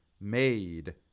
made